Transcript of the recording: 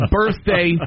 birthday